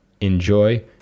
enjoy